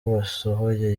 basohoye